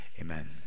amen